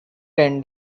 ten